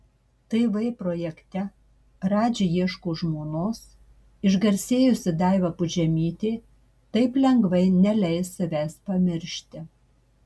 tv projekte radži ieško žmonos išgarsėjusi daiva pudžemytė taip lengvai neleis savęs pamiršti